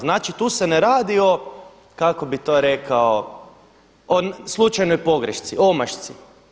Znači, tu se ne radi o kako bih to rekao o slučajnoj pogrešci, omašci.